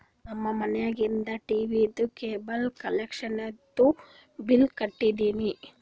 ನಮ್ ಮನ್ಯಾಗಿಂದ್ ಟೀವೀದು ಕೇಬಲ್ ಕನೆಕ್ಷನ್ದು ಬಿಲ್ ಕಟ್ಟಿನ್